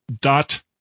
dot